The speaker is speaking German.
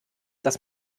dass